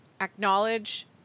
acknowledge